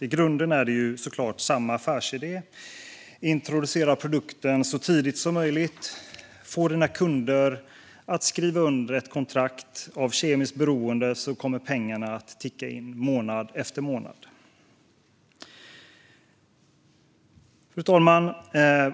I grunden är det såklart samma affärsidé: Introducera produkten så tidigt som möjligt och få dina kunder att skriva under ett kontrakt av kemiskt beroende så kommer pengarna att ticka in månad efter månad. Fru talman!